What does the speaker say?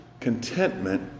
Contentment